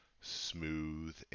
smooth